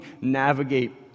navigate